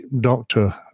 doctor